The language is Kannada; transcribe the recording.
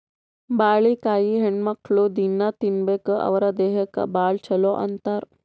ಬಾಳಿಕಾಯಿ ಹೆಣ್ಣುಮಕ್ಕ್ಳು ದಿನ್ನಾ ತಿನ್ಬೇಕ್ ಅವ್ರ್ ದೇಹಕ್ಕ್ ಭಾಳ್ ಛಲೋ ಅಂತಾರ್